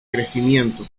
crecimiento